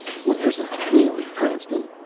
where's alf neely, cranston?